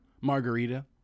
Margarita